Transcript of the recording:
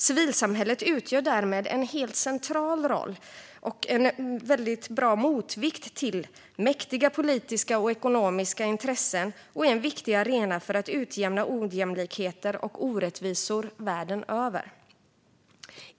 Civilsamhället utgör därmed en helt central roll och en bra motvikt till mäktiga politiska och ekonomiska intressen och är en viktig arena för att utjämna ojämlikhet och orättvisor världen över.